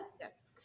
yes